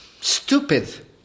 stupid